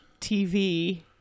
TV